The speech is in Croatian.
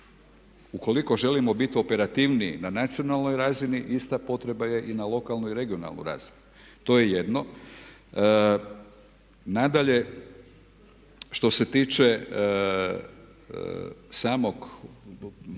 Ukoliko želimo biti operativniji na nacionalnoj razini ista potreba je i na loaklnoj i regionalnoj razini. To je jedno. Nadalje, što se tiče samog ustroja